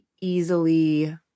easily